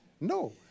No